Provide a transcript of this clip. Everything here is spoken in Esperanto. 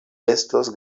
estos